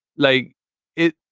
like it,